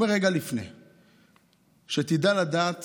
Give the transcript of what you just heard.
כשתדע לדעת